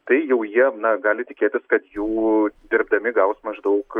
tai jau jie na gali tikėtis kad jų dirbdami gaus maždaug